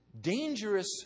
dangerous